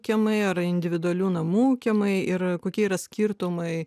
kiemai ar individualių namų kiemai ir kokie yra skirtumai